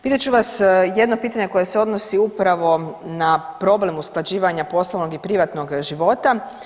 Pitat ću vas jedno pitanje koje se odnosi upravo na problem usklađivanja poslovnog i privatnog života.